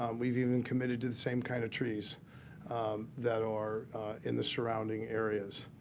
um we've even committed to the same kind of trees that are in the surrounding areas.